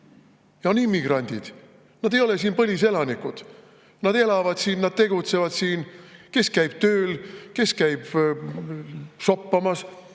ja on immigrandid! Nad ei ole siin põliselanikud. Nad elavad siin, nad tegutsevad siin, kes käib tööl, kes käib šoppamas,